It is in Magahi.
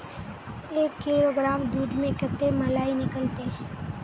एक किलोग्राम दूध में कते मलाई निकलते?